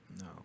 No